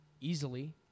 easily